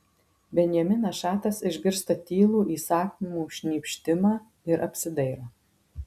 benjaminas šatas išgirsta tylų įsakmų šnypštimą ir apsidairo